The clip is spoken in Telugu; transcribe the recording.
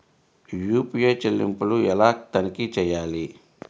యూ.పీ.ఐ చెల్లింపులు ఎలా తనిఖీ చేయాలి?